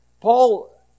Paul